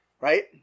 Right